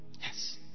Yes